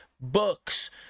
books